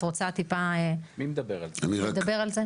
את רוצה קצת לדבר על זה?